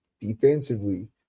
Defensively